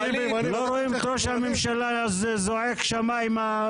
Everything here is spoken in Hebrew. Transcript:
לא רואים את ראש הממשלה זועק השמיימה.